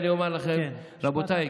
ואומר לכם: רבותיי,